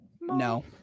No